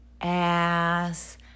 ass